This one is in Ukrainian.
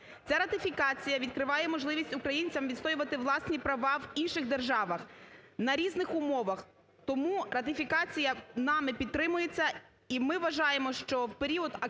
Ця ратифікація відкриває можливість українцям відстоювати власні права в інших державах, на різних умовах. Тому ратифікація нами підтримується і ми вважаємо, що в період активної